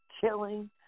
killing